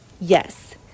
Yes